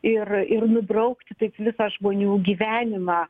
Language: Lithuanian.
ir ir nubraukti taip visą žmonių gyvenimą